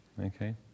Okay